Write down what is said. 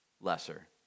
lesser